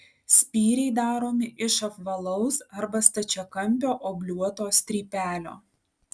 spyriai daromi iš apvalaus arba stačiakampio obliuoto strypelio